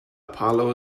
paolo